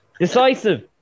Decisive